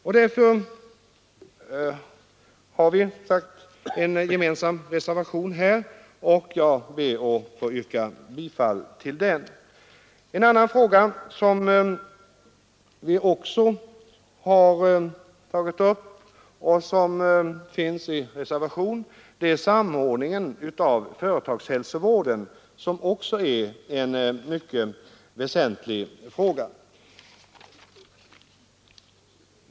De borgerliga partierna har en gemensam reservation på denna punkt, och jag ber att få yrka bifall till den. En annan fråga som vi också har tagit upp och som återfinns i reservationen 6 är samordningen av företagshälsovården. Det är en mycket väsentlig fråga.